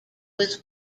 was